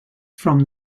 from